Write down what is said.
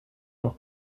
leur